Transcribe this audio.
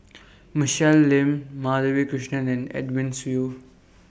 Michelle Lim Madhavi Krishnan and Edwin Siew